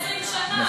לפני 20 שנה.